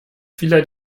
vieler